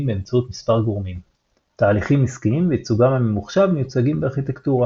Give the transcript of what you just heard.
באמצעות מספר גורמים תהליכים עסקיים וייצוגם הממוחשב מיוצגים בארכיטקטורה